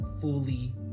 fully